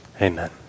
amen